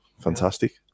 fantastic